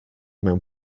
mewn